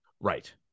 Right